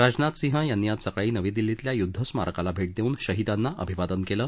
राजनाथ सिंह यांनी आज सकाळी नवी दिल्लीतल्या युद्ध स्मारकाला भेट देऊन शहिदांना अभिवादन केलं